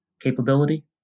capability